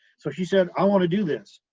so she said, i want to do this.